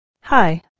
Hi